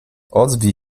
ozwij